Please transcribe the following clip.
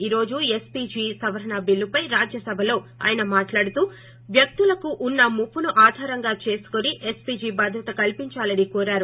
ఈ రోజు ఎస్సీజీ సవరణ బిల్లుపై ఆయన రాజ్యసభలో మాట్లాడుతూ వ్యక్తులకు ఉన్న ముప్పను ఆధారంగా చేసుకుని ఎస్పీజీ భద్రత కల్సించాలని కోరారు